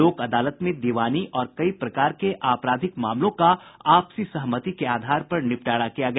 लोक अदालत में दीवानी और कई प्रकार के आपराधिक मामलों का आपसी सहमति के आधार पर निपटारा किया गया